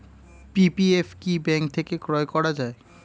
PPF কি bank থেকে ক্রয় করা যায়?